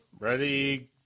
Ready